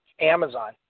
Amazon